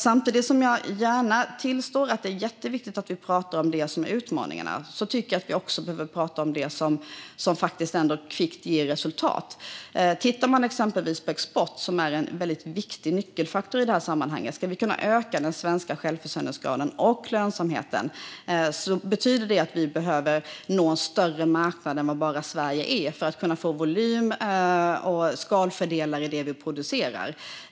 Samtidigt som jag gärna tillstår att det är jätteviktigt att vi talar om våra utmaningar tycker jag att vi också behöver tala om det som kvickt ger resultat. Vi kan exempelvis titta på export som är en väldigt viktig nyckelfaktor i sammanhanget. Om vi ska kunna öka den svenska självförsörjningsgraden och lönsamheten betyder det att vi behöver nå en större marknad än Sverige för att kunna få volym och skalfördelar i det vi producerar.